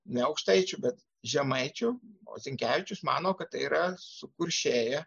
ne aukštaičių bet žemaičių o zinkevičius mano kad tai yra sukuršėję